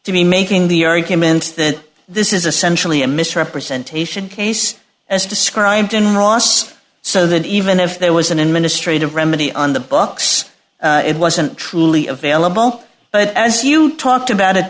to me making the argument that this is essentially a misrepresentation case as described in ross so that even if there was an administrative remedy on the books it wasn't truly available but as you talked about it